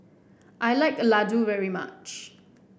I like Laddu very much